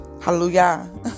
Hallelujah